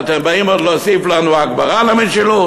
ואתם באים עוד להוסיף לנו הגברה למשילות?